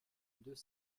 deux